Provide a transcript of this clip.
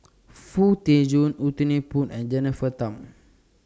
Foo Tee Jun Anthony Poon and Jennifer Tham